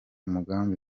mugambi